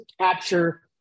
capture